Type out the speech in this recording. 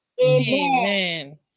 Amen